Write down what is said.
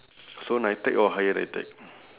so nitec or higher nitec